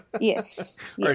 Yes